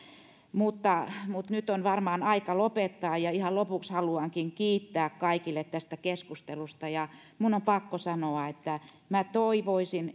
mutta mutta nyt on varmaan aika lopettaa ja ihan lopuksi haluankin kiittää kaikkia tästä keskustelusta ja minun on pakko sanoa että minä toivoisin